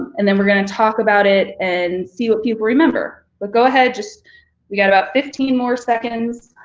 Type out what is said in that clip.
and then we're gonna talk about it and see what people remember. but go ahead just we got about fifteen more seconds.